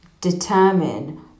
determine